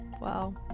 Wow